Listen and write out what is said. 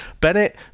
Bennett